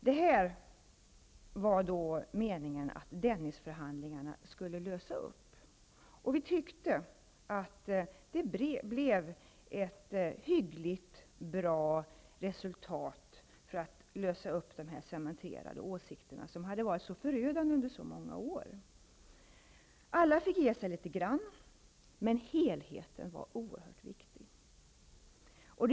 Det var meningen att Dennisförhandlingarna skulle lösa upp det här. Vi tyckte att det innebar en möjlighet att bryta upp de cementerade åsikter som varit så förödande under många år. Alla fick ge med sig litet grand, men helheten var viktig.